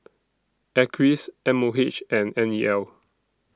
Acres M O H and N E L